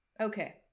Okay